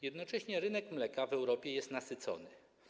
Jednocześnie rynek mleka w Europie jest nasycony.